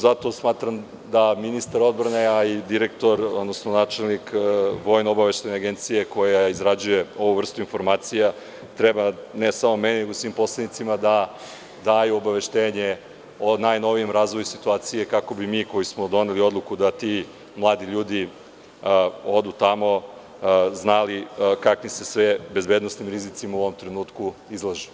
Zato smatram da ministar odbrane, a i direktor, odnosno načelnik VOA koja izrađuje ovu vrstu informacija treba ne samo meni nego i svim poslanicima da daju obaveštenje o najnovijem razvoju situacije, kako bi mi, koji smo doneli odluku da ti mladi ljudi odu tamo, znali kakvim se sve bezbednosnim rizicima u ovom trenutku izlažu.